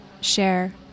share